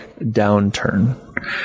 downturn